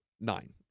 nine